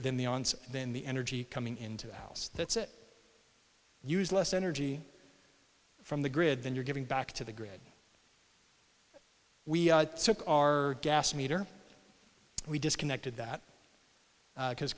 answer then the energy coming into a house that's it use less energy from the grid than you're giving back to the grid we took our gas meter we disconnected that because